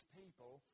people